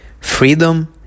Freedom